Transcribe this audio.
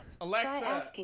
Alexa